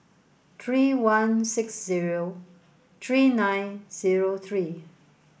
three one six zero three nine zero three